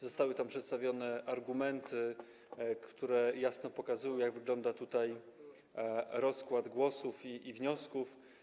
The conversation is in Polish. Zostały tam przedstawione argumenty, które jasno pokazują, jak wygląda tutaj rozkład głosów i wniosków.